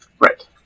Right